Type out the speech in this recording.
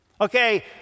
Okay